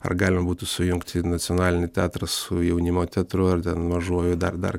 ar galima būtų sujungti nacionalinį teatrą su jaunimo teatru ar ten mažuoju dar dar